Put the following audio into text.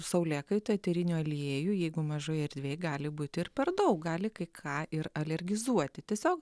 saulėkaitoj eterinių aliejų jeigu mažoje erdvėj gali būti ir per daug gali kai ką ir alergizuoti tiesiog